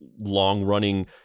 long-running